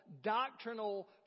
doctrinal